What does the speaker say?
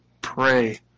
pray